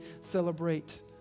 celebrate